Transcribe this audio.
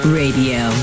radio